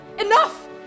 Enough